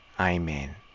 Amen